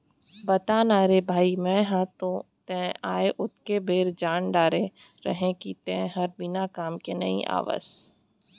बता ना रे भई मैं हर तो तैं आय ओतके बेर जान डारे रहेव कि तैं हर बिना काम के नइ आवस